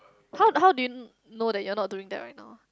how how do you know that you're not doing that right now